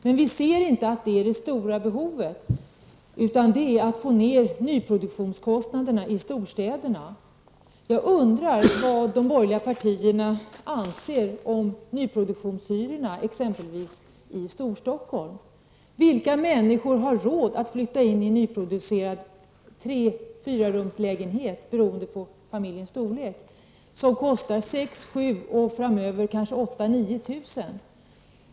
Men vi ser inte att det utgör det stora behovet, utan det är att få ned kostnaderna för nyproduktionen i storstäderna. och framöver kanske 8 000 till 9 000?